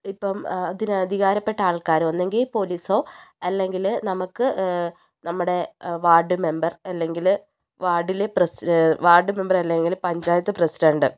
ഇപ്പം അതിന് അധികാരപ്പെട്ട ആൾക്കാർ ഒന്നുകിൽ പോലീസോ അല്ലെങ്കിൽ നമുക്ക് നമ്മുടെ വാർഡ് മെമ്പർ അല്ലെങ്കിൽ വാർഡിലെ പ്രസി വാർഡ് മെമ്പർ അല്ലെങ്കിൽ പഞ്ചായത്ത് പ്രസിഡണ്ട്